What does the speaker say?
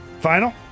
Final